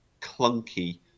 clunky